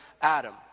Adam